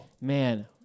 man